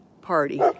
Party